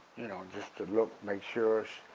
you know and just to look make sure.